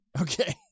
okay